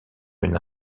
une